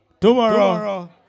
Tomorrow